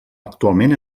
actualment